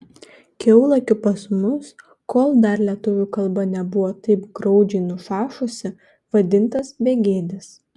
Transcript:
kiaulakiu pas mus kol dar lietuvių kalba nebuvo taip graudžiai nušašusi vadintas begėdis